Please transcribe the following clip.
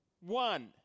one